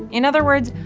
in other words,